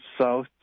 south